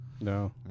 No